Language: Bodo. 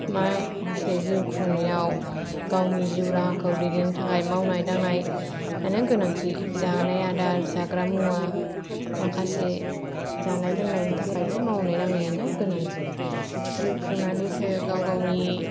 माखासे जिउ खुंनायाव गावनि जिउ राहाखौ दैदेननो थाखाय मावनाय दांनाइ आनो गोनांथि जानाय आदार जाग्रा मुवा माखासे जानाय लोंनायनि थाखायबो मावनाय दांनाइयानो गोनांथि जिउ खुंनानैसो गाव गावनि